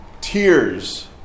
Tears